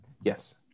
Yes